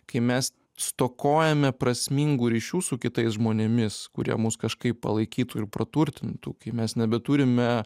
kai mes stokojame prasmingų ryšių su kitais žmonėmis kurie mus kažkaip palaikytų ir praturtintų kai mes nebeturime